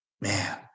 man